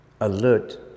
alert